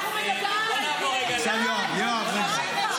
מירב, את ילדה גדולה --- סגלוביץ', רוץ.